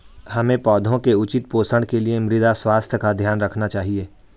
हमें पौधों के उचित पोषण के लिए मृदा स्वास्थ्य का ध्यान रखना चाहिए